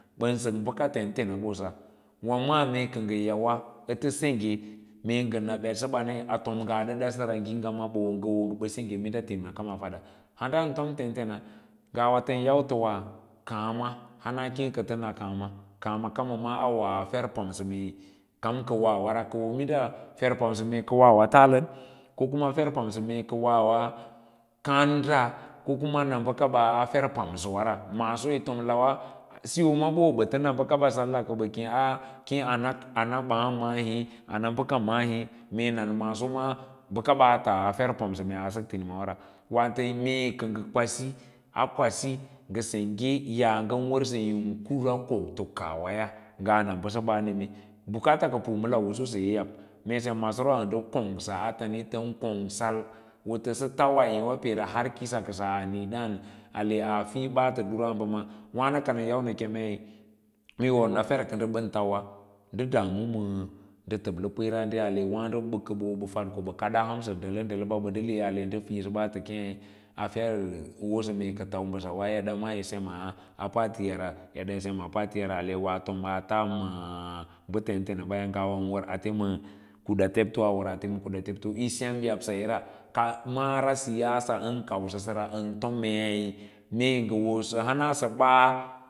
Ban sak baka tentana bosa wa maa mee ka nga yawa ata segya mee ng ana bet sabana atom nga nganga ma nga nyaa dadasara pam nga wo ng aba sangye mind tom tentens mamoa tan ta wa kaama awoa fer minda far amsa mee ka wawa talon ko kuma fer pansa mee ka warva kanda ko mkuma na bakaba a fer pans sawa ra maasi yi tom lawa siyo bawo ba nabaka ana baa maa hi ana baka mma hee ee nan maaso ma bakaba a toa a fer pamsa ka asak tinima wara mee ka nga kwasi a kwasi nga sengye yaa ngan warsa kura kokta kaah waya ngaa na basaba a neme bukats ka pu ma lau usus aye ya mee sem maaso ran da konsa atam tan kong sak wotasa tauwa eewa har peera kisa kasaa a nii daan ale aa fir baata duran hanbamaa, wani ana yau na kem ai mee wo a fev ka nda ban tauwa nda damu nda table kwee rau ale bosa koba meeka tan mbasa wa neda maa yi semaa patiya ray i semaa atiyara ale awoa a tas ba tentenaba a war ate ma kuda tebto, a war ate ma kuda tebto amara siyasa an kausa ra i nasa sa uwa kiyi tom saseya, amma waado nda two nda too baka ba a tom tentens kodon tom tentens mees bawo banda laa bosa amma nam yau mee nda hik basaba a sentna tom meei mee nga warsa hana sa baa